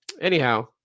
anyhow